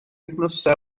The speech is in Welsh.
wythnosau